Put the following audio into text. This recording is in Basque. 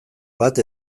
bat